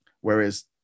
whereas